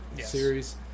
series